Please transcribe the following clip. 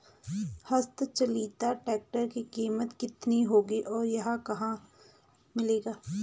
हस्त चलित ट्रैक्टर की कीमत कितनी होगी और यह कहाँ मिलेगा?